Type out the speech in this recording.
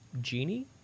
genie